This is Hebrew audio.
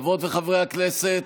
חברות וחברי הכנסת,